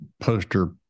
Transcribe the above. poster